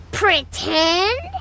pretend